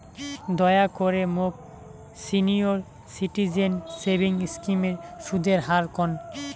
দয়া করে মোক সিনিয়র সিটিজেন সেভিংস স্কিমের সুদের হার কন